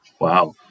wow